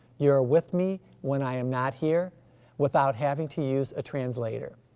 you're with me when i am not here without having to use a translator.